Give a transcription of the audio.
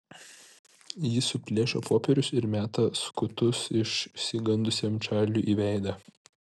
ji suplėšo popierius ir meta skutus išsigandusiam čarliui į veidą